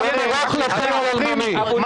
שלמה, חיילים אלמונים בלי מדים.